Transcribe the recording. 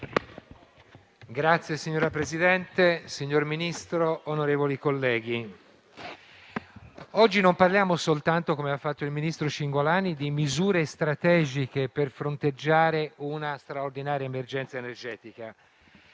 finestra") *(IV-PSI)*. Signor Ministro, onorevoli colleghi, oggi non parliamo soltanto, come ha fatto il ministro Cingolani, di misure strategiche per fronteggiare una straordinaria emergenza energetica.